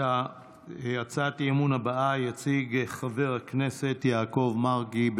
את הצעת האי-אמון הבאה יציג חבר הכנסת יעקב מרגי.